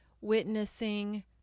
witnessing